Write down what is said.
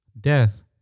death